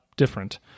Different